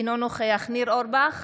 אינו נוכח ניר אורבך,